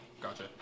gotcha